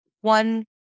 one